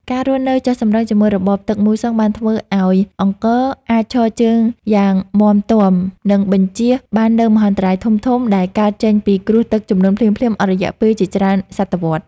ការរស់នៅចុះសម្រុងជាមួយរបបទឹកមូសុងបានធ្វើឱ្យអង្គរអាចឈរជើងយ៉ាងមាំទាំ និងបញ្ចៀសបាននូវមហន្តរាយធំៗដែលកើតចេញពីគ្រោះទឹកជំនន់ភ្លាមៗអស់រយៈពេលជាច្រើនសតវត្ស។